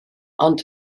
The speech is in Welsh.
ond